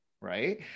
right